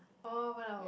orh one hour